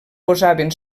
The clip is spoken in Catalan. posaven